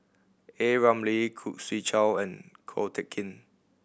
A Ramli Khoo Swee Chiow and Ko Teck Kin